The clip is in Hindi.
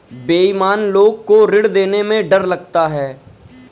बेईमान लोग को ऋण देने में डर लगता है